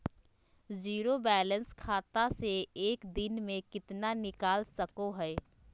Zero balance खाता से एक दिन में कितना निकाल सको है?